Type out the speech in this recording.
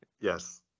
Yes